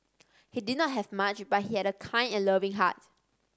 he did not have much but he had a kind and loving heart